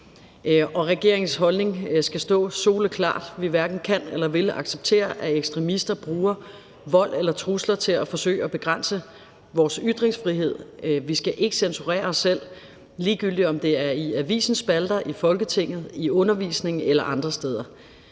regeringens holdning skal stå soleklart: Vi hverken kan eller vil acceptere, at ekstremister bruger vold eller trusler til at forsøge at begrænse vores ytringsfrihed. Vi skal ikke censurere os selv, ligegyldigt om det er i avisernes spalter, i Folketinget eller i undervisningen eller andre steder.